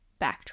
backtrack